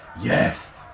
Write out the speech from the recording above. Yes